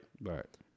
Right